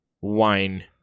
wine